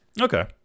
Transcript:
Okay